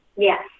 Yes